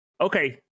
Okay